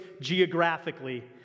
geographically